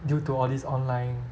due to all these online